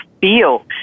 feel